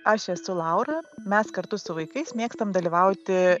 aš esu laura mes kartu su vaikais mėgstam dalyvauti